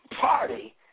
party